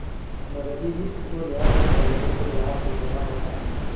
नकदी वित्त को न्यायपूर्ण तरीके से ग्राहक को देना होता है